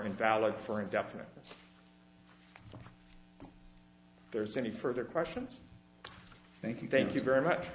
invalid for indefiniteness there's any further questions thank you thank you very much